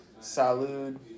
Salud